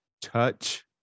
touch